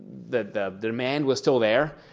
the demand was still there,